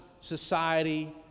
society